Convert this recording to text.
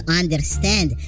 understand